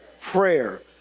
prayer